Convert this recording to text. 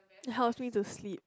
helps me to sleep